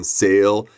sale